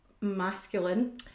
masculine